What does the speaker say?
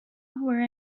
were